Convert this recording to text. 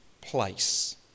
place